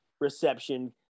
reception